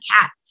cat